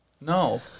No